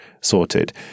sorted